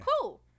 cool